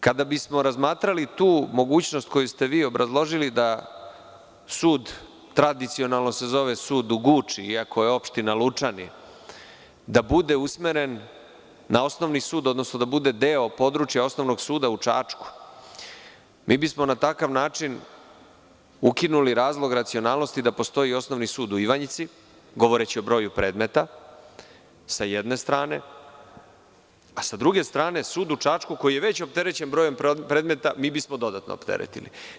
Kada bismo razmatrali tu mogućnost koju ste vi obrazložili, da se sud tradicionalno zove sud u Guči, iako je opština Lučani, da bude usmeren na osnovni sud, odnosno da bude deo područja Osnovnog suda u Čačku, mi bismo na takav način ukinuli razlog racionalnosti da postoji i Osnovni sud u Ivanjici, govoreći o broju predmeta, s jedne strane, a s druge strane, sud u Čačku koji je već opterećen brojem predmeta mi bismo dodatno opteretili.